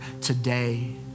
today